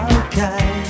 okay